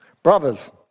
Brothers